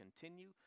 continue